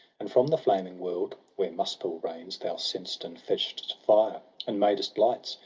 and from the flaming world, where muspel reigns, thou sent'st and fetched'st fire, and madest lights.